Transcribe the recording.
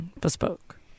bespoke